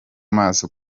maso